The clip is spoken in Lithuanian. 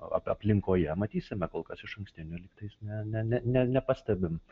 aplinkoje matysime kol kas išankstinio lygtais ne ne ne nepastebim